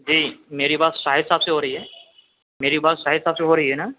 جی میری بات شاہد صاحب سے ہو رہی ہے میری بات شاہد صاحب سے ہو رہی ہے نا